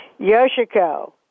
Yoshiko